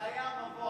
זה היה המבוא.